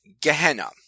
Gehenna